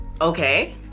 okay